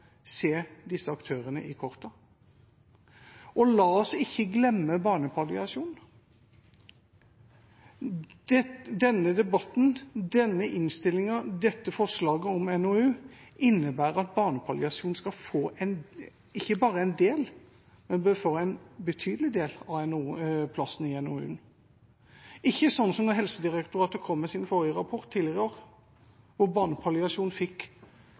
se disse aktørene i kortene. La oss ikke glemme barnepalliasjon. Denne debatten, denne innstillingen og dette forslaget om NOU innebærer at barnepalliasjon skal få ikke bare en del plass, men en betydelig del av plassen i NOU-en, ikke som da Helsedirektoratet kom med sin rapport tidligere i år, hvor barnepalliasjon fikk